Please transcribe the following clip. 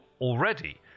already